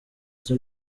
azi